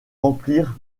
remplir